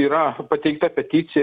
yra pateikta peticija